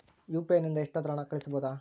UPI ನಿಂದ ಎಷ್ಟಾದರೂ ಹಣ ಕಳಿಸಬಹುದಾ?